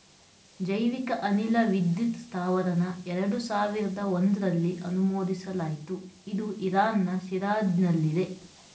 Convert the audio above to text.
ಜೈವಿಕ ಅನಿಲ ವಿದ್ಯುತ್ ಸ್ತಾವರನ ಎರಡು ಸಾವಿರ್ದ ಒಂಧ್ರಲ್ಲಿ ಅನುಮೋದಿಸಲಾಯ್ತು ಇದು ಇರಾನ್ನ ಶಿರಾಜ್ನಲ್ಲಿದೆ